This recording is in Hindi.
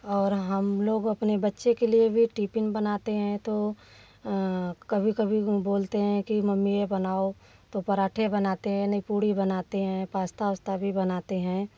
और हम लोग अपने बच्चे के लिए भी टिपिन बनाते हैं तो कभी कभी वह बोलते हैं कि मम्मी यह बनाओ तो पराँठे बनाते हैं नहीं पूड़ी बनाते हैं पास्ता उस्ता भी बनाते हैं